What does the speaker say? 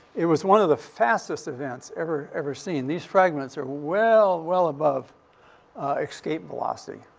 it was one of the fastest events ever ever seen. these fragments are well, well above escape velocity.